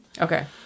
Okay